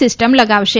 system લગાવશે